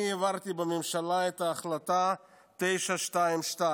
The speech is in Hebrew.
אני העברתי בממשלה את ההחלטה 922,